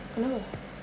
kenapa